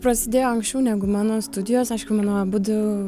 prasidėjo anksčiau negu mano studijos aišku mano abudu